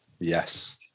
Yes